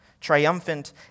triumphant